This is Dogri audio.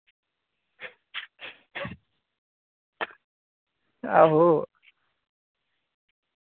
आहो